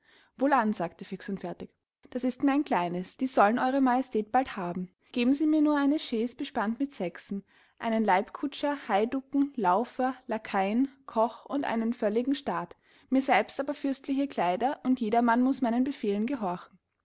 wohlan sagte fix und fertig das ist mir ein kleines die sollen ew maj bald haben geben sie mir nur eine chaise bespannt mit sechsen einen leibkutscher haiducken laufer lakaien koch und einen völligen staat mir selbst aber fürstliche kleider und jedermann muß meinen befehlen gehorchen